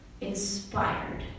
Inspired